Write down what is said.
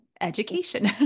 education